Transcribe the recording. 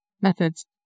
Methods